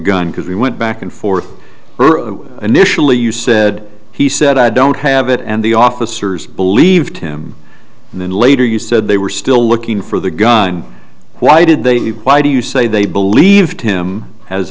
gun because we went back and forth initially you said he said i don't have it and the officers believed him and then later you said they were still looking for the gun why did they why do you say they believed him as